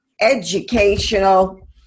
educational